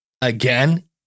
again